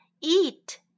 eat